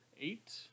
eight